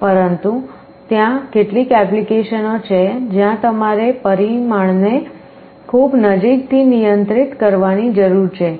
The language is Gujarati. પરંતુ ત્યાં કેટલીક એપ્લિકેશનો છે જ્યાં તમારે પરિમાણને ખૂબ નજીકથી નિયંત્રિત કરવાની જરૂર છે